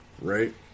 right